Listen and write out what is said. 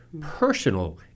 personal